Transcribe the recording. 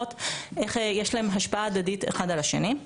לראות איך יש להם השפעה הדדית אחד על השני.